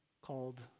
called